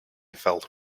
felt